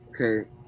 Okay